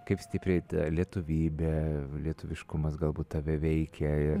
kaip stipriai ta lietuvybė lietuviškumas galbūt tave veikia ir